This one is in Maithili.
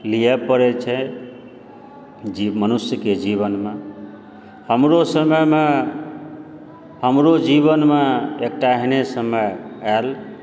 लिअ पड़ै छै जे मनुष्यके जीवनमे हमरो समयमे हमरो जीवनमे एकटा एहने समय आएल